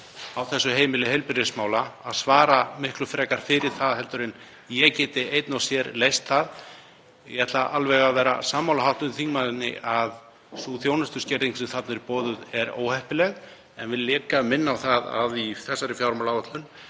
á þessu heimili heilbrigðismála að svara miklu frekar fyrir það en ég geti einn og sér leyst það. Ég ætla alveg að vera sammála hv. þingmanni um að sú þjónustuskerðing sem þarna er boðuð er óheppileg en ég vil líka minna á að í þessari fjármálaáætlun